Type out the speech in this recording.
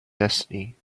destiny